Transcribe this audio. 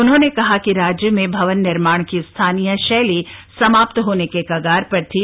उन्होंने कहा कि राज्य में भवन निर्माण की स्थानीय शैली समाप्त होने के कगार पर थी